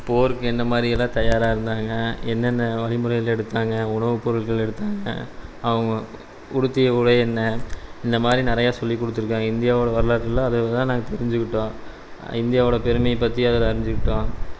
போருக்கு எந்த மாதிரியெல்லாம் தயாராக இருந்தாங்க என்னென்ன வழிமுறைகள் எடுத்தாங்க உணவுப் பொருட்கள் எடுத்தாங்க அவங்க உடுத்திய உடை என்ன இந்த மாதிரி நிறையா சொல்லி கொடுத்துருக்காங்க இந்தியாவோடய வரலாற்றைலாம் அதில் தான் நாங்கள் தெரிஞ்சுக்கிட்டோம் இந்தியாவோடய பெருமையைப் பற்றி அதில் அறிஞ்சுக்கிட்டோம்